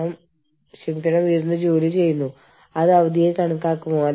അല്ലെങ്കിൽ ജോലിയുടെ സാമ്പത്തിക ആവശ്യം കുറയുന്നു